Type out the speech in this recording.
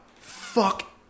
fuck